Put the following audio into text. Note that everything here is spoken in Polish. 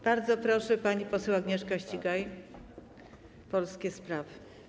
Bardzo proszę, pani poseł Agnieszka Ścigaj, Polskie Sprawy.